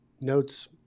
notes